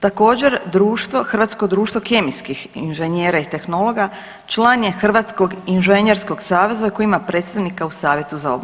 Također, društvo, Hrvatsko društvo kemijskih inženjera i tehnologija član je Hrvatskog inženjerskog saveza koji ima predstavnika u savjetu za obnovu.